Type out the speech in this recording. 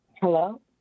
Hello